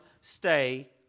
stay